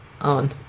on